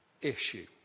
issue